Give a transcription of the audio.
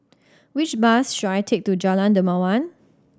which bus should I take to Jalan Dermawan